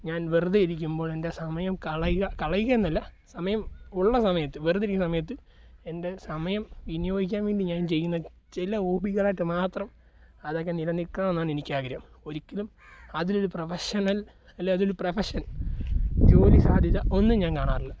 ഞാൻ വെറുതെ ഇരിക്കുമ്പോൾ എൻ്റെ സമയം കളയുക കളയുക എന്നല്ല സമയം ഉള്ള സമയത്ത് വെറുതെ ഇരിക്കുന്ന സമയത്ത് എൻ്റെ സമയം വിനിയോഗിക്കാൻ വേണ്ടി ഞാൻ ചെയ്യുന്ന ചില ഹോബികളായിട്ട് മാത്രം അതൊക്കെ നിലനിൽക്കണം എന്നാണെനിക്കാഗ്രഹം ഒരിക്കലും അതിലൊരു പ്രഫഷണൽ അല്ലെങ്കിൽ അതൊരു പ്രഫഷൻ ജോലി സാധ്യത ഒന്നും ഞാൻ കാണാറില്ല